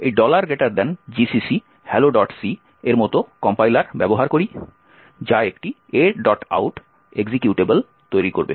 তারপর এই gcc helloc এর মত কম্পাইলার ব্যবহার করি যা একটি aout এক্সিকিউটেবল তৈরি করবে